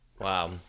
Wow